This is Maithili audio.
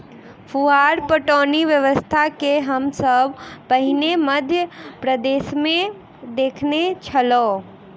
फुहार पटौनी व्यवस्था के हम सभ सॅ पहिने मध्य प्रदेशमे देखने छलौं